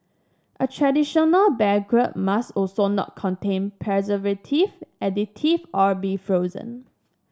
a traditional baguette must also not contain preservative additive or be frozen